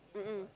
mm mm